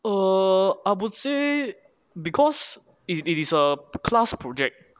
err I would say because it is a class project